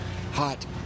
hot